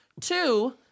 Two